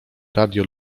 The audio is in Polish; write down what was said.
radio